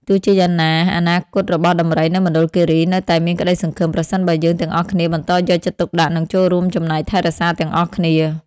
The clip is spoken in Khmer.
ទោះជាយ៉ាងណាអនាគតរបស់ដំរីនៅមណ្ឌលគិរីនៅតែមានក្តីសង្ឃឹម ប្រសិនបើយើងទាំងអស់គ្នាបន្តយកចិត្តទុកដាក់ និងចូលរួមចំណែកថែរក្សាទាំងអស់គ្នា។